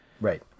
Right